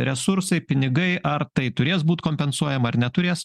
resursai pinigai ar tai turės būt kompensuojama ar neturės